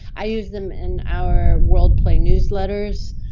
i use them in our world play newsletters.